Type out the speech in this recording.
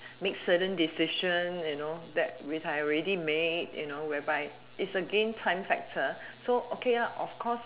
make certain decision and you know that which I already made you know whereby it's again time factor so okay lah of course